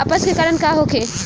अपच के कारण का होखे?